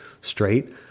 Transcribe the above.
straight